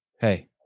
Hey